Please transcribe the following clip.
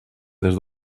des